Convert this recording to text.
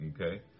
Okay